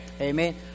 Amen